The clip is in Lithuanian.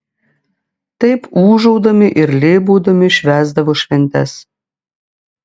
taip ūžaudami ir lėbaudami švęsdavo šventes